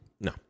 No